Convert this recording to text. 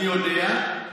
אני יודע,